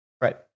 Right